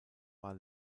war